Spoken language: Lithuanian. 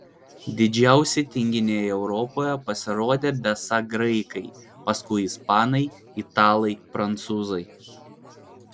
didžiausi tinginiai europoje pasirodė besą graikai paskui ispanai italai prancūzai